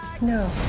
No